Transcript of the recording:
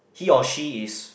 he or she is